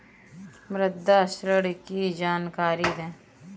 मुद्रा ऋण की जानकारी दें?